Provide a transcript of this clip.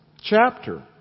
chapter